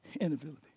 inability